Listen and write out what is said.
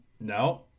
no